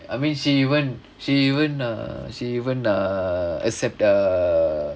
I mean she even she even err she even err except err